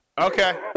Okay